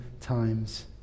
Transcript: times